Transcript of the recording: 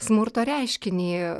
smurto reiškinį